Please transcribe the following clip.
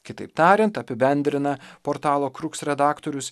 kitaip tariant apibendrina portalo kruks redaktorius